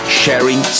sharing